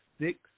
six